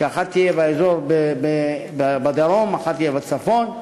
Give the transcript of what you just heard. ואחת תהיה בדרום ואחת תהיה בצפון.